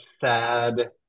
sad